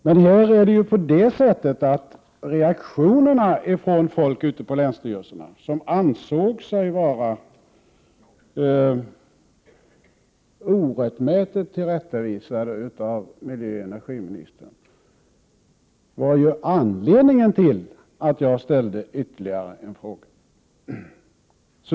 Men i det fall som nu är aktuellt var det reaktionerna från folk ute på länsstyrelserna, som ansåg sig vara orättmätigt tillrättavisade av miljöoch energiministern, som kom först och var anledningen till att jag ställde ytterligare en fråga.